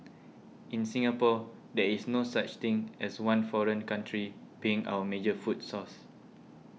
in Singapore there is no such thing as one foreign country being our major food source